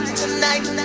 tonight